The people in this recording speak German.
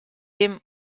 dem